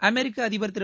அமெரிக்க அதிபர் திரு